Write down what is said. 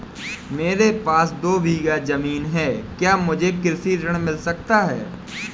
मेरे पास दो बीघा ज़मीन है क्या मुझे कृषि ऋण मिल सकता है?